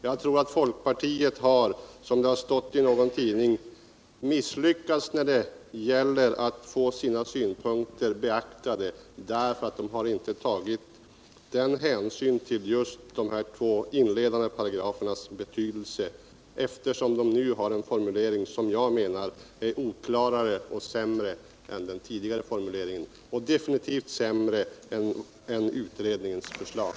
Jag tror att folkpartiet har, som man kunnat läsa i någon tidning, misslyckats när det gäller att få sina synpunkter beaktade, därför att man inte tagit hänsyn till just de två inledande paragraferna. Jag menar att dessa har en oklar formulering, som är sämre än den tidigare och som är definitivt sämre än formuleringen i utredningens förslag.